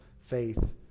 faith